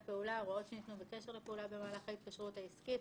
חוק המאבק בטרור קובע שאם אין אפשרות לעכב פעולה במהלך עסקים תקין,